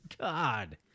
God